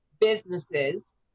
businesses